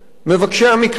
מבקשי המקלט.